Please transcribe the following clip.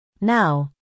Now